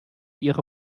ihre